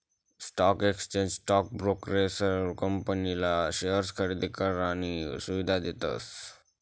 stock exchange stock ब्रोकरेसले company ना शेअर्सनी खरेदी करानी सुविधा देतस